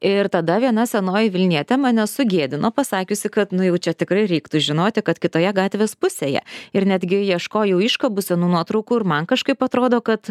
ir tada viena senoji vilnietė mane sugėdino pasakiusi kad nu jau čia tikrai reiktų žinoti kad kitoje gatvės pusėje ir netgi ieškojau iškabų senų nuotraukų ir man kažkaip atrodo kad